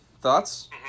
thoughts